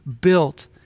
built